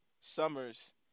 summers